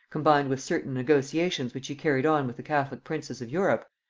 combined with certain negotiations which he carried on with the catholic princes of europe,